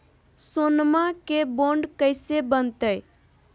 सोनमा के बॉन्ड कैसे बनते?